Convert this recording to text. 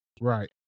Right